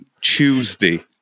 tuesday